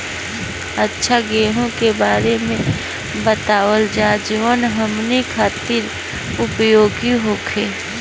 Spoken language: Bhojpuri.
अच्छा गेहूँ के बारे में बतावल जाजवन हमनी ख़ातिर उपयोगी होखे?